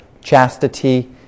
Chastity